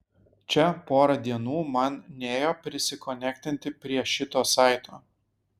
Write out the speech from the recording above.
čia porą dienų man nėjo prisikonektinti prie šito saito